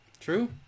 True